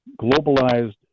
globalized